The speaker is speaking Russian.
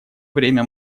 время